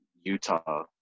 Utah